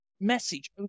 message